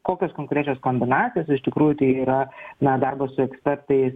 kokios konkrečios kombinacijos iš tikrųjų tai yra na darbas su ekspertais